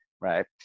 right